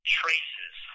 traces